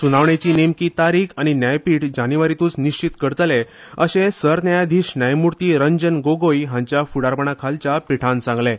सुनावणेची नेमकी तारीख न्यायपीठ जानेवारीतूच निश्चीत करतले अशें सरन्यायाधीश न्यायमूर्ती रंजन गोगोय हांच्या फुडारपणा खाला पिठान सांगलें